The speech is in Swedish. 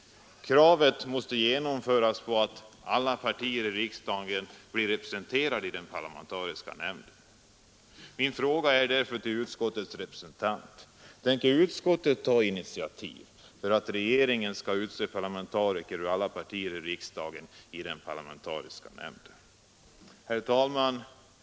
Kravet på att alla partier i riksdagen skall bli representerade i den parlamentariska nämnden måste uppfyllas. Min fråga är därför till utskottets representant: Tänker utskottet ta initiativ till att regeringen skall utse representanter ur alla partier i riksdagen i den parlamentariska nämnden? Herr talman!